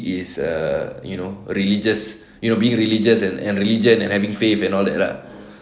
is err you know religious you know being religious and religion and having faith and all that lah